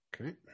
Okay